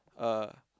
uh